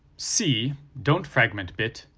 c, don't fragment bit,